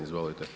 Izvolite.